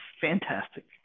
Fantastic